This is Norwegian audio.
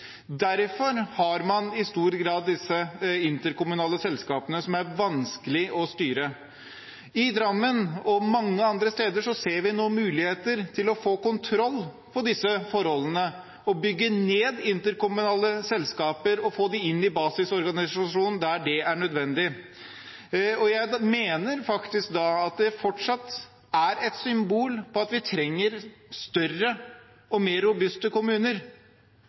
derfor man har disse interkommunale selskapene, som er vanskelige å styre. I Drammen – og mange andre steder – ser vi nå muligheter til å få kontroll på disse forholdene og bygge ned interkommunale selskaper og få dem inn i basisorganisasjonen der det er nødvendig. Og jeg mener faktisk at det fortsatt er et symbol på at vi trenger større og mer robuste kommuner